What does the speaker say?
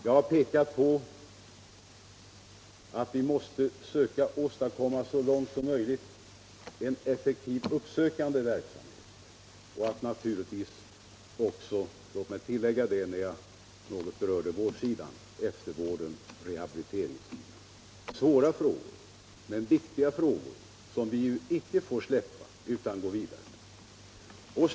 Jag har pekat på att vi så långt som möjligt måste söka åstadkomma en effektiv, uppsökande verksamhet och naturligtvis även — låt mig tillägga det när jag något berört vårdsidan — ägna stor uppmärksamhet åt rehabiliteringsfrågan. Det är svåra frågor, men viktiga frågor som vi icke får släppa utan måste gå vidare med.